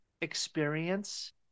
experience